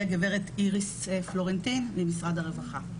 הגב' איריס פלורנטין ממשרד הרווחה.